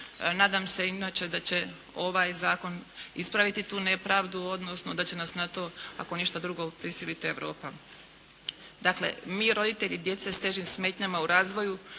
Nadam se inače da će ovaj zakon ispraviti tu nepravdu odnosno da će nas na to ako ništa drugo prisiliti Europa. Dakle, mi, roditelji djece s težim smetnjama u razvoju